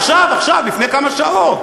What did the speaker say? עכשיו, עכשיו, לפני כמה שעות.